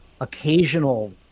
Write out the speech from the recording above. occasional